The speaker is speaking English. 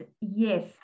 yes